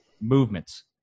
movements